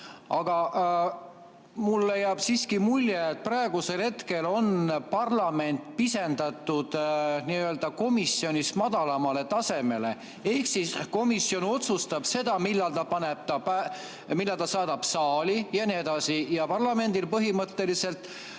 Aga mulle jääb siiski mulje, et praegusel hetkel on parlament pisendatud komisjonist madalamale tasemele. Ehk komisjon otsustab seda, millal ta saadab midagi saali jne. Ja parlament pannakse põhimõtteliselt